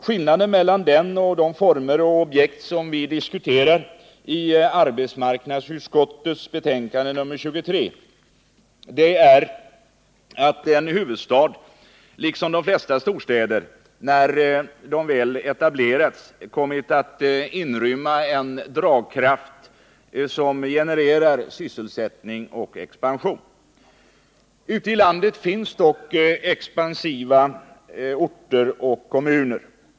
Skillnaden mellan den och de former och objekt som vi diskuterar i arbetsmarknadsutskottets betänkande nr 23 är att huvudstaden, liksom de flesta storstäder när de väl etablerats, kommit att få en dragkraft som genererar sysselsättning och expansion. Ute i landet finns dock expansiva orter och kommuner.